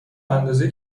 اندازه